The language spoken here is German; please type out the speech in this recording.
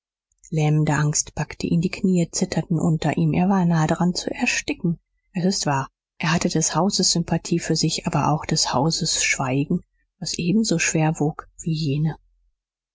lähmende angst packte ihn die knie zitterten unter ihm er war nahe daran zu ersticken es ist wahr er hatte des hauses sympathie für sich aber auch des hauses schweigen was ebenso schwer wog wie jene